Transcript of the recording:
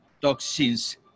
toxins